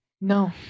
No